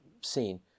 scene